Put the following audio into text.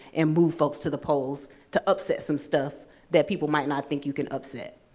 and move folks to the polls to upset some stuff that people might not think you can upset.